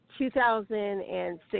2006